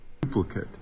Duplicate